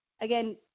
again